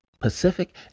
Pacific